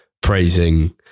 praising